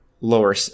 lower –